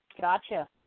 gotcha